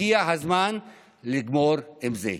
הגיע הזמן לגמור עם זה.